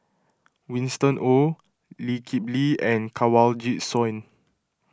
Winston Oh Lee Kip Lee and Kanwaljit Soin